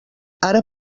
ara